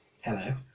Hello